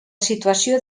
situació